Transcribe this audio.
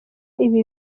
ibi